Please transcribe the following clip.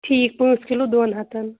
ٹھیٖک پانٛژھ کِلوٗ دۄن ہَتَن